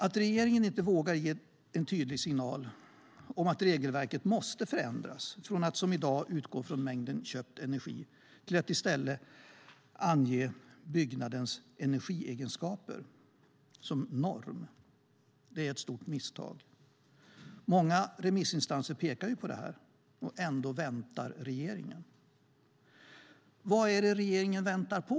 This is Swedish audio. Att regeringen inte vågar ge en tydlig signal om att regelverket måste förändras från att som i dag utgå från mängden köpt energi till att i stället ange byggnadens energiegenskaper som norm är ett stort misstag. Många remissinstanser pekar på detta, och ändå väntar regeringen. Vad är det regeringen väntar på?